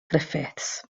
griffiths